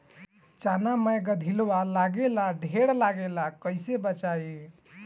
चना मै गधयीलवा लागे ला ढेर लागेला कईसे बचाई?